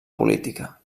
política